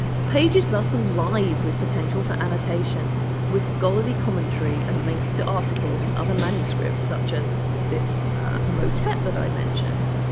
the page is thus alive with potential for annotation with scholarly commentary and links to articles and other manuscripts such as this motet that i mentioned,